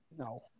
No